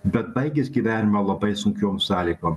bet baigęs gyvenimą labai sunkiom sąlygom